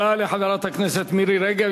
תודה לחברת הכנסת מירי רגב.